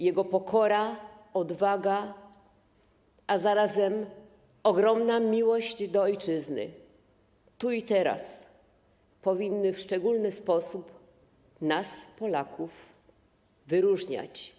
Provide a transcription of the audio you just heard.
Jego pokora, odwaga, a zarazem ogromna miłość do ojczyzny tu i teraz powinny w szczególny sposób nas Polaków wyróżniać.